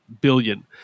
billion